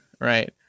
Right